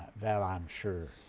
well i'm sure